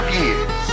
years